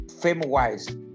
fame-wise